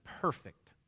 perfect